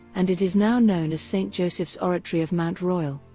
and it is now known as saint joseph's oratory of mount royal,